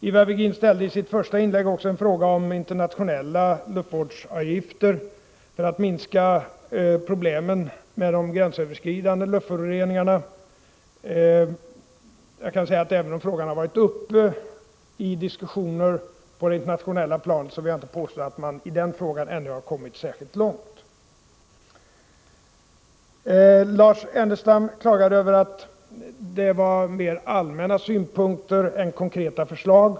Ivar Virgin ställde i sitt första inlägg också en fråga om internationella luftvårdsavgifter för att minska problemen med de gränsöverskridande luftföroreningarna. Även om frågan har varit uppe i diskussioner på det internationella planet, så vill jag inte påstå att man i den frågan ännu har kommit särskilt långt. Lars Ernestam klagade över att det var mer allmänna synpunkter än konkreta förslag.